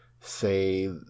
say